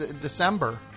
December